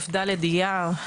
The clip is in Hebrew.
בוקר טוב, יום שני כ"ד באייר.